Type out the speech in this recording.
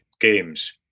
games